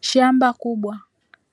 Shamba kubwa